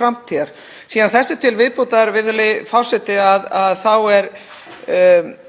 framtíðar. Þessu til viðbótar, virðulegi forseti, er